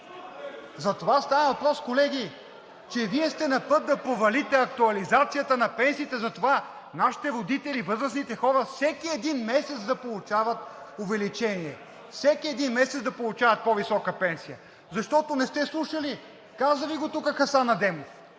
За това става въпрос, колеги, че Вие сте на път да провалите актуализацията на пенсиите. За това нашите родители, възрастните хора всеки един месец да получават увеличение. Всеки един месец да получават по-висока пенсия. Защото не сте слушали, каза Ви го тук Хасан Адемов.